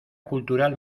cultural